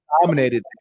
dominated